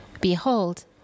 Behold